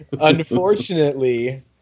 Unfortunately